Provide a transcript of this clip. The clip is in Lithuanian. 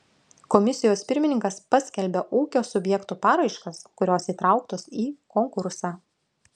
komisijos pirmininkas paskelbia ūkio subjektų paraiškas kurios įtrauktos į konkursą